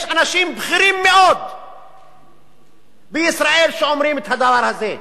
יש אנשים בכירים מאוד בישראל שאומרים את הדבר הזה,